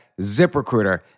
ZipRecruiter